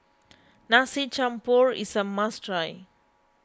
Nasi Campur is a must try